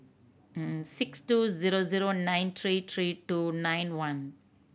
six two zero zero nine three three two nine one